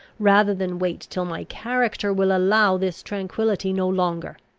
rather than wait till my character will allow this tranquillity no longer!